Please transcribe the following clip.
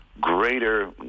Greater